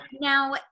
now